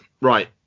right